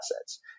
assets